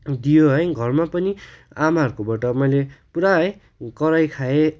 दियो है घरमा पनि आमाहरूकोबाट मैले पुरा है कराई खाएँ